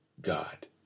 God